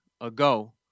ago